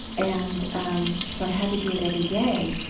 and um so i had to do it every day,